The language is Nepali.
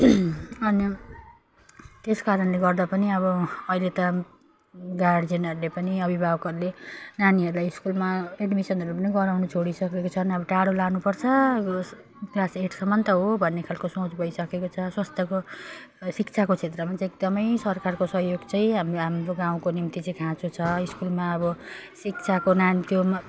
अनि त्यस कारणले गर्दा पनि अब अहिले त गार्जियनहरूले पनि अभिभावकहरूले नानीहरूलाई स्कुलमा एडमिसनहरू पनि गराउनु छोडिसकेको छन् अब टाढो लानुपर्छ क्लास एटसम्म त हो भन्ने खाल्को सोच भइसकेको छ स्वास्थ्यको शिक्षाको क्षेत्रमा चाहिँ एकदमै सरकारको सहयोग चाहिँ हाम्रो हाम्रो गाउँको निम्ति चाहिँ खाँचो छ स्कुलमा अब शिक्षाको नाम त्यो